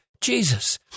Jesus